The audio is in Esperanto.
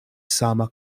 sama